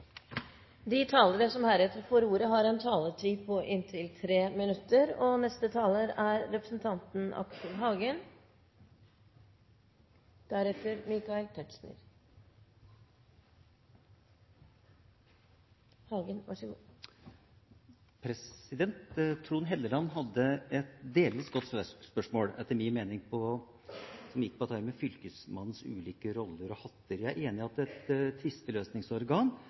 De talere som heretter får ordet, har en taletid på inntil 3 minutter. Trond Helleland hadde etter min mening et delvis godt spørsmål, som dreide seg om Fylkesmannens ulike roller/hatter. Jeg er enig i at et